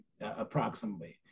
approximately